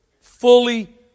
fully